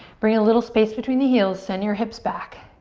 bring a little space between the heels, send your hips back.